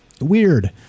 Weird